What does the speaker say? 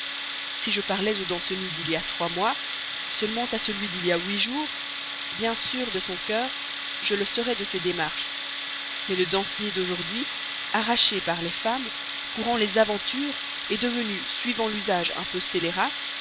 si je parlais encore au danceny d'il y a trois mois seulement à celui d'il y a huit jours bien sûr de son cœur je le serais de ses démarches mais le danceny d'aujourd'hui arraché par les femmes courant les aventures devenu suivant l'usage un peu scélérat